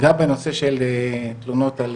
גם בנושא של תלונות על